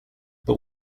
but